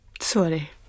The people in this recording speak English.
Sorry